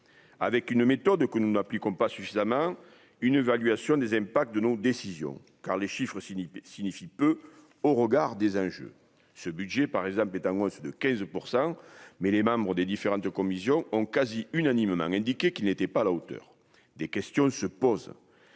avec une méthode que nous n'appliquons pas suffisamment une évaluation des impacts de nos décisions, car les chiffres cynique signifie peu au regard des enjeux, ce budget par exemple angoisse de 15 % mais les membres des différentes commissions ont quasi unanimement indiqué qu'il n'était pas à la hauteur des questions se posent